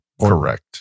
Correct